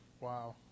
wow